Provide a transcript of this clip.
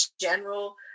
general